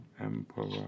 Emperor